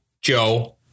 Joe